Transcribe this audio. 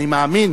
אני מאמין